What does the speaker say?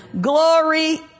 Glory